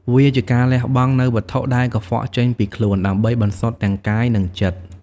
វាជាការលះបង់នូវវត្ថុដែលកខ្វក់ចេញពីខ្លួន ដើម្បីបន្សុទ្ធទាំងកាយនិងចិត្ត។